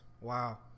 wow